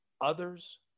Others